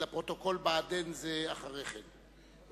לפרוטוקול: "בעדין" זה אחרי כן.